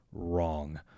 Wrong